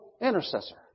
intercessor